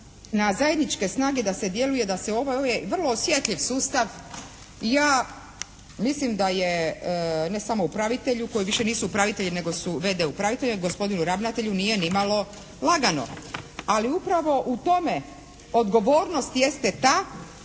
na zajedničke snage da se djeluje, da se ovaj, ovo je vrlo osjetljiv sustav. Ja mislim da je ne samo upravitelju, koji više nisu upravitelji nego su v.d. upravitelji, gospodinu ravnatelju nije nimalo lagano. Ali upravo u tome odgovornost jeste ta